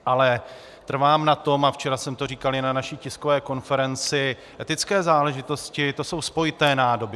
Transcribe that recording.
Ale trvám na tom, a včera jsem to říkal i na naší tiskové konferenci, etické záležitosti jsou spojité nádoby.